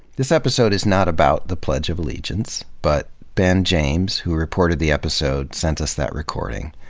this episode is not about the pledge of allegiance, but ben james, who reported the episode, sent us that recording.